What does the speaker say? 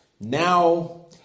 Now